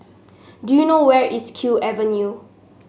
do you know where is Kew Avenue